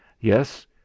Yes